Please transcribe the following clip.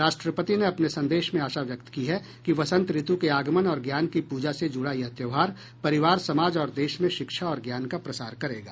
राष्ट्रपति ने अपने संदेश में आशा व्यक्त की है कि वसंतऋतु के आगमन और ज्ञान की पूजा से जुड़ा यह त्योहार परिवार समाज और देश में शिक्षा और ज्ञान का प्रसार करेगा